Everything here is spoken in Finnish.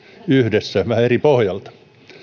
yhdessä vähän eri pohjalta